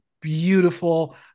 beautiful